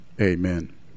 Amen